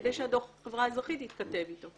כדי שהדוח של החברה האזרחית יתכתב איתו.